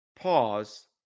pause